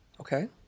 Okay